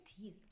teeth